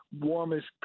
warmest